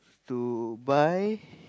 to buy